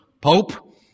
pope